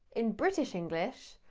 in british english,